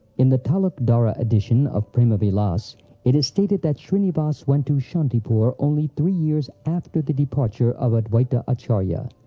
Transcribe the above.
in the talukdara edition of prema-vilas it is stated that shrinivas went to shantipur only three years after the departure of adwaita acharya,